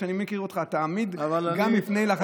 איך שאני מכיר אותך, אתה עמיד גם מפני לחצים.